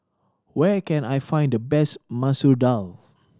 where can I find the best Masoor Dal